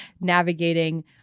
navigating